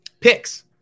picks